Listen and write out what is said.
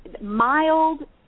mild